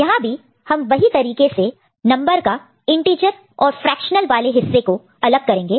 यहां भी हम वही तरीके से नंबर का इंटीजर और फ्रेक्शनल वाले हिस्से को अलग करेंगे